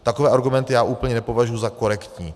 Takové argumenty já úplně nepovažuji za korektní.